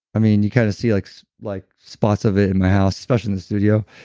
i mean, you kind of see like so like spots of it in my house, especially in the studio.